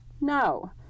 No